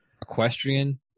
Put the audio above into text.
Equestrian